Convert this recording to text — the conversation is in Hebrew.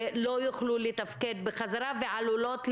לא יוכלו לתפקד בחזרה ועלולות להיפגע,